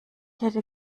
hätte